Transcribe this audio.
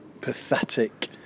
pathetic